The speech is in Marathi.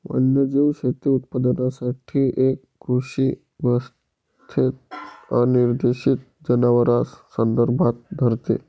वन्यजीव शेती उत्पादनासाठी एक कृषी व्यवस्थेत अनिर्देशित जनावरांस संदर्भात धरते